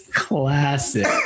classic